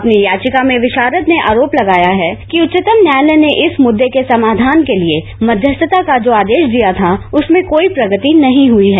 अपनी याचिका में विषारद ने आरोप लगाया है कि उच्चतम न्यायालय ने इस मृद्दे के समाधान के लिए मध्यस्थता का जो आदेश दिया था उसमें कोई प्रगति नहीं हुई है